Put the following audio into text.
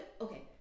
okay